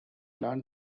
large